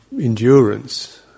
endurance